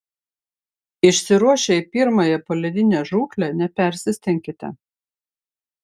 išsiruošę į pirmąją poledinę žūklę nepersistenkite